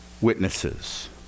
witnesses